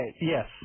Yes